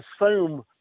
assume